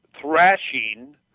thrashing